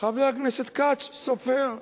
חבר הכנסת כץ סופר.